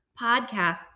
podcasts